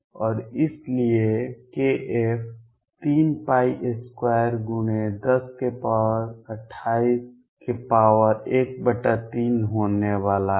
और इसलिए kF 32102813 होने वाला है